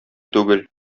түгел